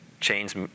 Change